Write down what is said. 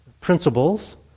principles